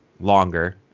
longer